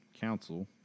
Council